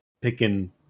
picking